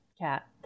cat